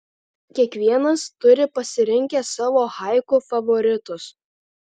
kiekvienas turi pasirinkęs savo haiku favoritus